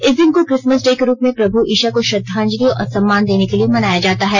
इस दिन को क्रिसमस डे के रुप में प्रभु ईशा को श्रद्धांजलि और सम्मान देने के लिये मनाया जाता है